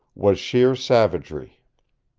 was sheer savagery.